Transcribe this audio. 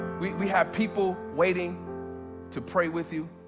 we we have people waiting to pray with you.